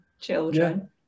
children